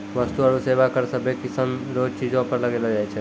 वस्तु आरू सेवा कर सभ्भे किसीम रो चीजो पर लगैलो जाय छै